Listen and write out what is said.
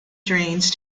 drains